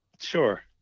Sure